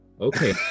okay